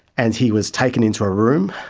and he was taken into a room,